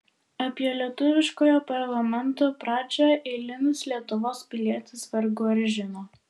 apie lietuviškojo parlamento pradžią eilinis lietuvos pilietis vargu ar žino